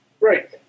Right